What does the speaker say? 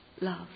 love